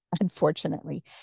unfortunately